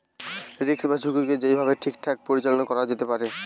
risk বা ঝুঁকিকে যেই ভাবে ঠিকঠাক পরিচালনা করা যেতে পারে